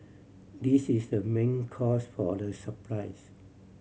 this is the main cause for the surprise